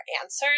answers